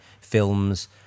films